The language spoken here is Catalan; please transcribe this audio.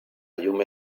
llum